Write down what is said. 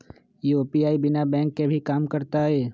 UPI बिना bank के भी कम करतै?